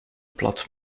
plat